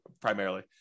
primarily